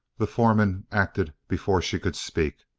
the foreman acted before she could speak.